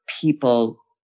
people